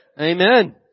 Amen